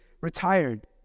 retired